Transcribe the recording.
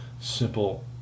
simple